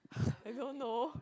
I don't know